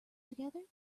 together